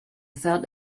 third